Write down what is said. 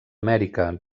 amèrica